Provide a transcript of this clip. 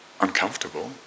uncomfortable